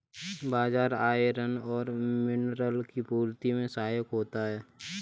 बाजरा iron और mineral की पूर्ति में सहायक होता है